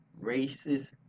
racist